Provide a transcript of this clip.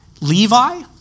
Levi